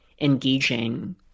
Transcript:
engaging